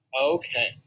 Okay